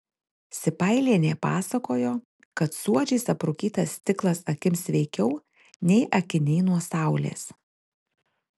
sipailienė pasakojo kad suodžiais aprūkytas stiklas akims sveikiau nei akiniai nuo saulės